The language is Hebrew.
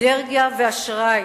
אנרגיה ואשראי.